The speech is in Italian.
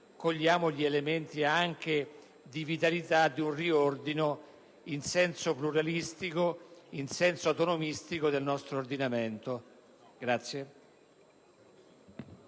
cogliamo gli elementi anche di vitalità di un riordino in senso pluralistico e autonomistico del nostro ordinamento.